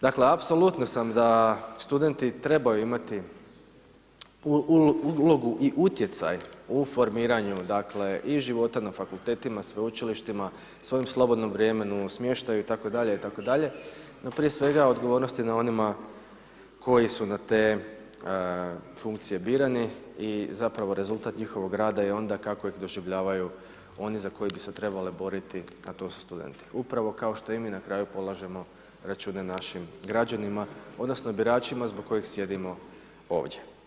Dakle, apsolutno sam da studenti trebaju imati ulogu i utjecaj u formiranju, dakle i života na fakultetima, sveučilištima, svojem slobodnom vremenu, smještaju, itd., itd., no prije svega, odgovornost je na onima koji su na te funkcije birani i zapravo rezultat njihovog rada je onda kako ih doživljavaju oni za koje bi se trebale boriti, a to su studenti upravo kao što i mi na kraju polažemo račune našim građanima odnosno biračima zbog kojih sjedimo ovdje.